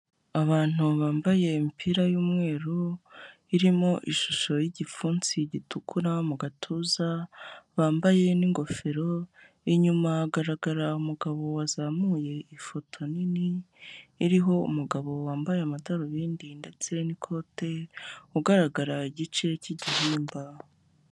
Abantu bambaye imipira y'umweru irimo ishusho y'igipfunsi gitukura mu gatuza, bambaye n'ingofero inyuma hagaragara umugabo wazamuye ifoto nini iriho umugabo wambaye amadarubindi ndetse n'ikote ugaragara igice cy'igihimba.